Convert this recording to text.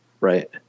right